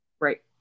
Right